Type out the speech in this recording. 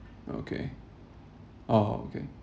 okay orh okay